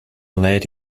led